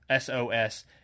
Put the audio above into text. sos